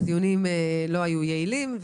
והם לא היו יעילים.